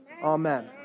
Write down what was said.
Amen